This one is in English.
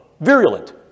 virulent